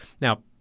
Now